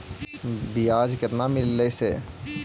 बियाज केतना मिललय से?